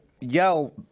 yell